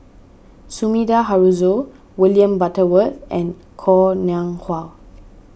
Sumida Haruzo William Butterworth and Koh Nguang Hua